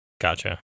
Gotcha